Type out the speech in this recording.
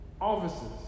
Officers